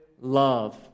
love